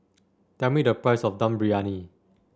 tell me the price of Dum Briyani